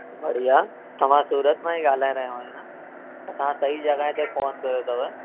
बढ़िया त मां सूरत मां ई ॻाल्हाए रहियो आहियां त तां सही जॻह ते फ़ोन कयो अथव